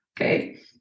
okay